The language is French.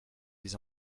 les